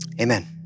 amen